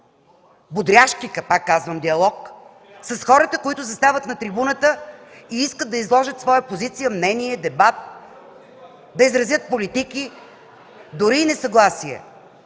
бодряшки диалог с хората, които застават на трибуната и искат да изложат своя позиция, мнение, дебат, да изразят политики, дори и несъгласие.